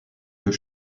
deux